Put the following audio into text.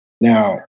Now